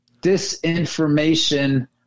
disinformation